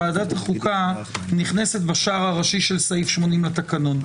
ועדת החוקה נכנסת בשער הראשי של סעיף 80 לתקנון.